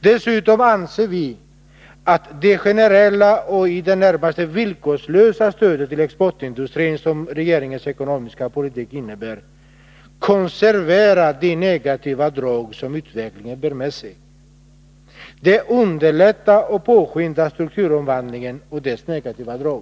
Dessutom anser vi att det generella och i det närmaste villkorslösa stödet till exportindustrin, som regeringens ekonomiska politik innebär, konserverar de negativa drag som utvecklingen bär med sig. Det underlättar och påskyndar strukturomvandlingen och dess negativa drag.